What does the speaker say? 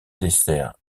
dessert